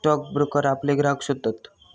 stock broker आपले ग्राहक शोधतत